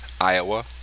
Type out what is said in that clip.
Iowa